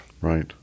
Right